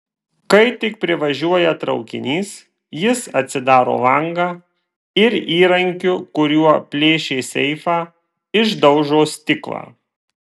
kai tik privažiuoja traukinys jis atsidaro langą ir įrankiu kuriuo plėšė seifą išdaužo stiklą